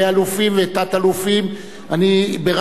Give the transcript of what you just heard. אני ביררתי במחלקה המשפטית,